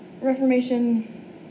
reformation